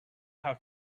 how